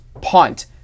punt